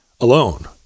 alone